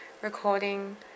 Recording